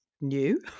new